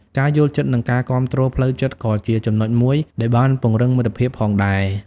ការយល់ចិត្តនិងការគាំទ្រផ្លូវចិត្តក៏ជាចំណុចមួយដែលបានពង្រឹងមិត្តភាពផងដែរ។